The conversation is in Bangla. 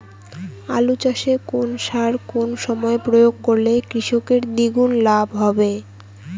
আলু চাষে কোন সার কোন সময়ে প্রয়োগ করলে কৃষকের দ্বিগুণ লাভ হবে?